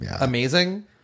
Amazing